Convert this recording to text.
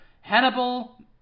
Hannibal